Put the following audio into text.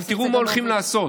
אבל תראו מה הולכים לעשות.